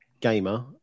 gamer